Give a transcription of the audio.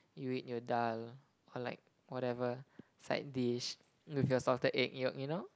you eat your dhal or like whatever side dish with your salted egg yolk you know